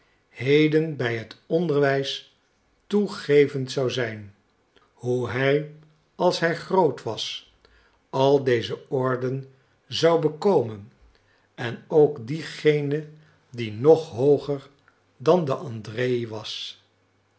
heden bij het onderwijs toegevend zou zijn hoe hij als hij groot was al deze orden zou bekomen en ook diegene die nog hooger dan de andrej was